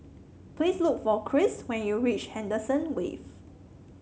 please look for Chris when you reach Henderson Wave